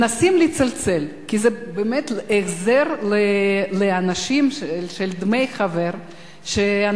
מנסים לצלצל, כי זה החזר של דמי חבר לאנשים.